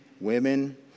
women